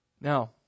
Now